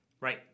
right